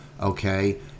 okay